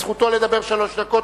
זכותו לדבר שלוש דקות.